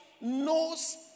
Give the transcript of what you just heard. knows